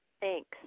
thanks